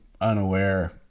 unaware